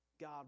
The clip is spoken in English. God